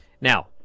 Now